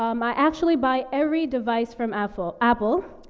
um, i actually buy every device from affle apple,